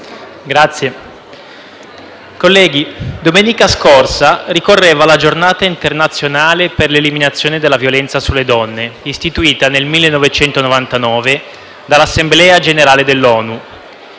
Presidente, colleghi, domenica scorsa ricorreva la Giornata internazionale per l'eliminazione della violenza sulle donne, istituita nel 1999 dall'Assemblea generale dell'ONU.